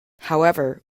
however